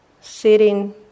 sitting